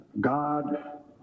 God